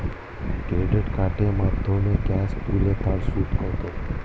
Credit কার্ডের মাধ্যমে cash তুলে তার সুদ কত?